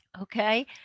okay